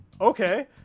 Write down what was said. okay